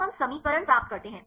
तो हम समीकरण प्राप्त करते हैं